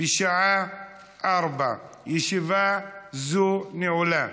בשעה 16:00. ישיבה זו נעולה.